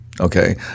Okay